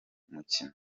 mukino